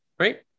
Right